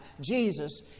Jesus